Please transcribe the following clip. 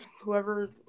whoever